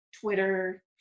Twitter